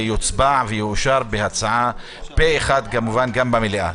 יוצבע ויאושר פה אחד גם במליאה.